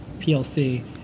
PLC